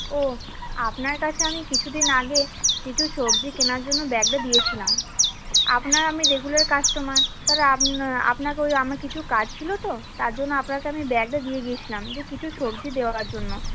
ও আপনার কাছে আমি কিছু দিন আগে কিছু সবজি কেনার জন্য ব্যাগটা দিয়েছিলাম আপনার আমি রেগুলার কাস্টমার তাহলে আপনা আপনাকে ওই আমি কিছু কাজ ছিলো তো তার জন্য আপনাকে আমি ব্যাগটা দিয়ে গিয়েছিলাম যে কিছু সবজি দেওয়ার জন্য